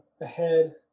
ahead